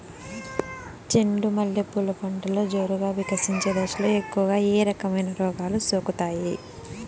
చెండు మల్లె పూలు పంటలో జోరుగా వికసించే దశలో ఎక్కువగా ఏ రకమైన రోగాలు సోకుతాయి?